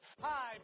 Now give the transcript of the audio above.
Hi